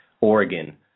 Oregon